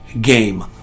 game